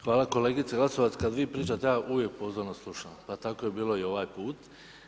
Hvala kolegice Glasovac, kad vi pričate ja uvijek pozorno slušam pa tako je bilo i ovaj put.